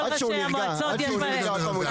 עד שהוא נרגע, עד שהוא נרגע הוא מתעצבן עוד פעם.